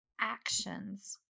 actions